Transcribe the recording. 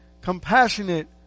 compassionate